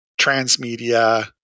transmedia